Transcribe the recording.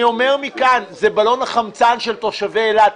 מכאן, זה בלון החמצן של תושבי אילת.